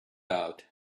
out